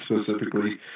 specifically